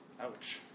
Ouch